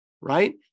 right